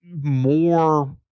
more